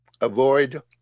avoid